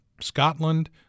Scotland